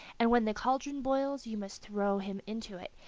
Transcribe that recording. and when the cauldron boils you must throw him into it,